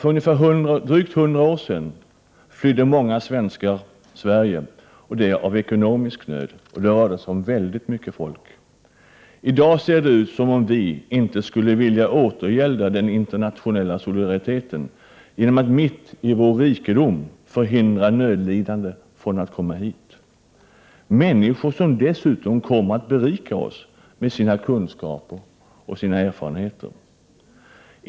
För drygt 100 år sedan flydde många Sverige, av ekonomisk nöd; det rörde sig om väldigt mycket folk. I dag ser det ut som om vi inte skulle vilja återgälda den internationella solidariteten genom att mitt i vår rikedom hindra nödlidande från att komma hit. Det är dessutom människor som kommer att berika oss med sina kunskaper och erfarenheter.